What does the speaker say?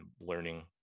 learning